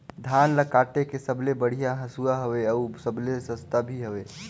धान ल काटे के सबले बढ़िया हंसुवा हवये? अउ सबले सस्ता भी हवे?